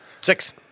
six